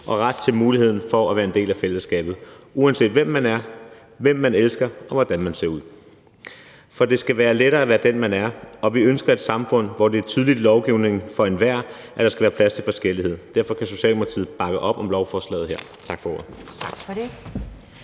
ret til muligheden for at være en del af et fællesskab, uanset hvem man er, hvem man elsker, og hvordan man ser ud. For det skal være lettere at være den, man er. Og vi ønsker et samfund, hvor det er tydeligt i lovgivningen for enhver, at der skal være plads til forskellighed. Derfor kan Socialdemokratiet bakke op om lovforslaget her. Tak for ordet.